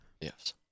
Yes